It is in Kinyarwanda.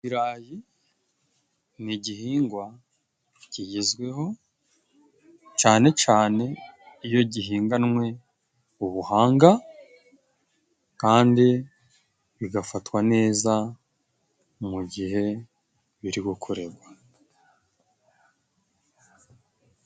Ibirayi ni igihingwa kigezweho cane cane, iyo gihinganwe ubuhanga, kandi bigafatwa neza mu gihe biri gukorerwa.